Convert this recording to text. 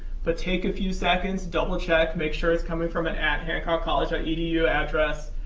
but take a few seconds, double check, make sure it's coming from an at hancockcollege dot edu address.